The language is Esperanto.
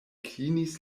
klinis